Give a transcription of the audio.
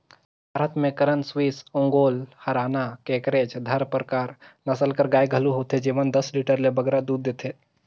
भारत में करन स्विस, ओंगोल, हराना, केकरेज, धारपारकर नसल कर गाय घलो होथे जेमन दस लीटर ले बगरा दूद देथे